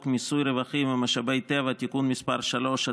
מיסוי רווחים ומשאבי טבע (תיקון מס' 3),